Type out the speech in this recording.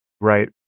right